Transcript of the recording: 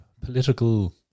political